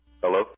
Hello